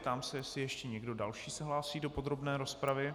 Ptám se, jestli ještě někdo další se hlásí do podrobné rozpravy.